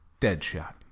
Deadshot